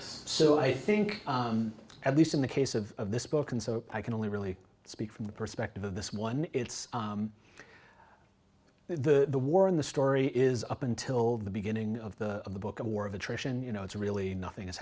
so i think at least in the case of this book and so i can only really speak from the perspective of this one it's the war in the story is up until the beginning of the book a war of attrition you know it's really nothing is